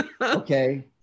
Okay